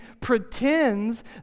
pretends